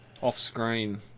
off-screen